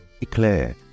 Eclair